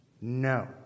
no